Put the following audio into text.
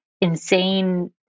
insane